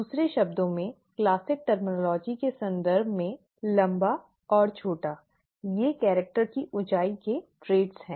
दूसरे शब्दों में क्लासिक शब्दावली के संदर्भ में लंबा और छोटा ये कैरिक्टर की ऊँचाई के ट्रेट हैं